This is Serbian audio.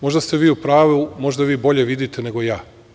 Možda ste vi u pravu, možda vi bolje vidite nego ja.